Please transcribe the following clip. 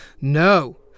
No